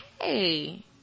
hey